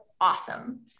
awesome